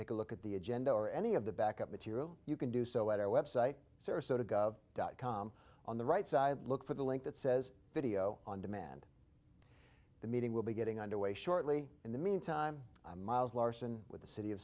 take a look at the agenda or any of the back up material you can do so at our website sarasota gov dot com on the right side look for the link that says video on demand the meeting will be getting underway shortly in the mean time miles larson with the city of